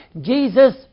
Jesus